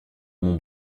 mon